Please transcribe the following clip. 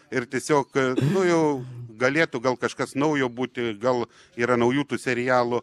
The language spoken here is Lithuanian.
ir tiesiog nu jau galėtų gal kažkas naujo būti gal yra naujų tų serialų